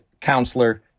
counselor